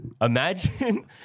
imagine